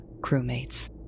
crewmates